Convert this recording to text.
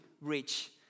rich